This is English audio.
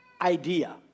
idea